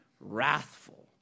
wrathful